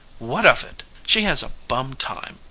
what of it? she has a bum time.